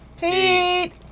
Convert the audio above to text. Pete